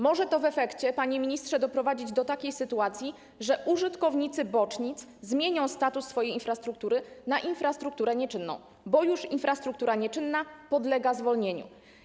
Może to w efekcie, panie ministrze, doprowadzić do takiej sytuacji, że użytkownicy bocznic zmienią status swojej infrastruktury na infrastrukturę nieczynną, bo infrastruktura nieczynna już podlega zwolnieniu.